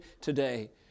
today